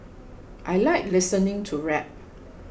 I like listening to rap